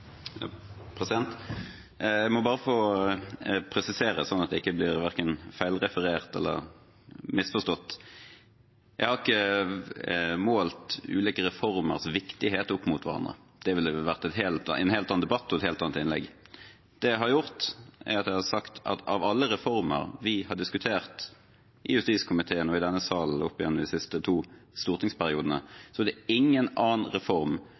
Jeg må bare få presisere, slik at jeg blir verken feilreferert eller misforstått: Jeg har ikke målt ulike reformers viktighet opp mot hverandre. Det ville vært en helt annen debatt og et helt annet innlegg. Det jeg har gjort, er at jeg har sagt at av alle reformer vi har diskutert i justiskomiteen og i denne salen de siste to stortingsperiodene, er det ingen annen reform